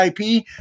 IP